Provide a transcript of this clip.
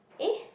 eh